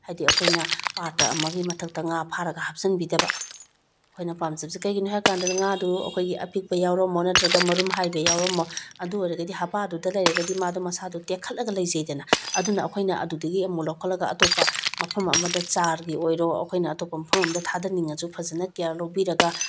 ꯍꯥꯏꯗꯤ ꯑꯩꯈꯣꯏꯅ ꯄꯥꯇ꯭ꯔ ꯑꯃꯒꯤ ꯃꯊꯛꯇ ꯉꯥ ꯐꯥꯔꯒ ꯍꯥꯞꯆꯤꯟꯕꯤꯗꯕ ꯑꯩꯈꯣꯏꯅ ꯄꯥꯝꯖꯕꯁꯦ ꯀꯩꯒꯤꯅꯣ ꯍꯥꯏ ꯀꯥꯟꯗꯨꯗ ꯉꯥꯗꯨ ꯑꯩꯈꯣꯏꯒꯤ ꯑꯄꯤꯛꯄ ꯌꯥꯎꯔꯝꯃꯣ ꯅꯠꯇ꯭ꯔꯒ ꯃꯔꯨꯝ ꯍꯥꯏꯕ ꯌꯥꯎꯔꯝꯃꯣ ꯑꯗꯨ ꯑꯣꯏꯔꯒꯗꯤ ꯍꯥꯄꯥꯗꯨꯗ ꯂꯩꯔꯒꯗꯤ ꯃꯥꯗꯣ ꯃꯥꯁꯥꯗꯣ ꯇꯦꯛꯈꯠꯂꯒ ꯂꯩꯖꯩꯗꯅ ꯑꯗꯨꯅ ꯑꯩꯈꯣꯏꯅ ꯑꯗꯨꯗꯒꯤ ꯑꯃꯨꯛ ꯂꯧꯈꯠꯂꯒ ꯑꯇꯣꯞꯄ ꯃꯐꯝ ꯑꯃꯗ ꯆꯥꯔꯒꯤ ꯑꯣꯏꯔꯣ ꯑꯩꯈꯣꯏꯅ ꯑꯇꯣꯞꯄ ꯃꯐꯝ ꯑꯃꯗ ꯊꯥꯗꯅꯤꯡꯉꯁꯨ ꯐꯖꯅ ꯀꯤꯌꯥꯔ ꯂꯧꯕꯤꯔꯒ